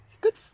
good